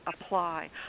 apply